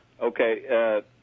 Okay